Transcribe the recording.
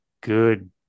good